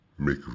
make